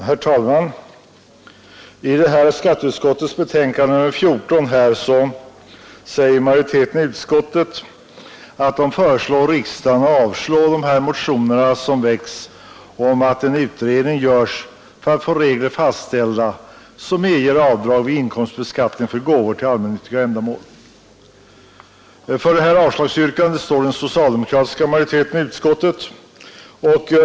Herr talman! I skatteutskottets betänkande nr 14 föreslår utskottsmajoriteten att riksdagen avslår de motioner som väckts om en utredning för att få regler fastställda som medger avdrag vid inkomstbeskattningen för gåvor till allmännyttiga ändamål. För detta avslagsyrkande står den socialdemokratiska majoriteten i utskottet.